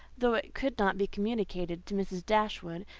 though it could not be communicated to mrs. dashwood,